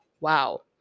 Wow